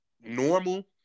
normal